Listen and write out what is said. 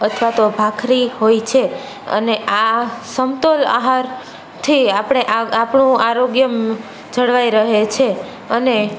અથવા તો ભાખરી હોય છે અને આ સમતોલ આહાર થી આપણે આપણું આરોગ્ય જળવાઈ રહે છે અને